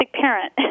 parent